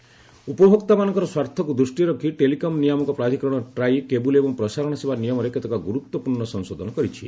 TRAI cable TV ଉପଭୋକ୍ତାମାନଙ୍କର ସ୍ୱାର୍ଥକୁ ଦୃଷ୍ଟିରେ ରଖି ଟେଲିକମ୍ ନିୟାମକ ପ୍ରାଧିକରଣ ଟ୍ରାଇ କେବୁଲ୍ ଏବଂ ପ୍ରସାରଣ ସେବା ନିୟମରେ କେତେକ ଗୁରୁତ୍ୱପୂର୍ଣ୍ଣ ସଂଶୋଧନ କରିଛି